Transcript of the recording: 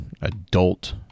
adult